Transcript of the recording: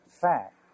fact